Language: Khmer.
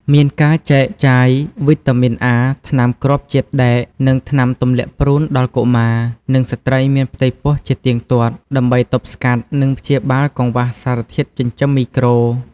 មានការចែកចាយវីតាមីនអា ថ្នាំគ្រាប់ជាតិដែក និងថ្នាំទម្លាក់ព្រូនដល់កុមារ និងស្ត្រីមានផ្ទៃពោះជាទៀងទាត់ ដើម្បីទប់ស្កាត់ និងព្យាបាលកង្វះសារធាតុចិញ្ចឹមមីក្រូ។